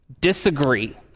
disagree